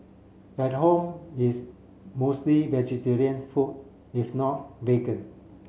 at home it's mostly vegetarian food if not vegan